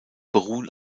beruhen